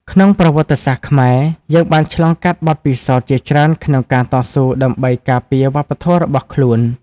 ក្នុងប្រវត្តិសាស្ត្រខ្មែរ យើងបានឆ្លងកាត់បទពិសោធន៍ជាច្រើនក្នុងការតស៊ូដើម្បីការពារវប្បធម៌របស់ខ្លួន។